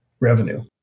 revenue